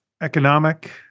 economic